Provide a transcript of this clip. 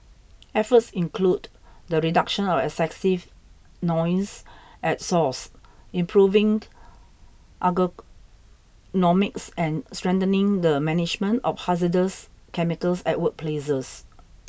efforts include the reduction of excessive noise at source improving and strengthening the management of hazardous chemicals at workplaces